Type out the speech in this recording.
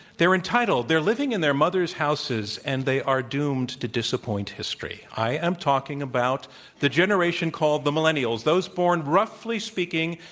they're entitled, they're living in their mother's houses, and they are doomed to disappoint history. i am talking about the generation called the millennials, those born, roughly speaking,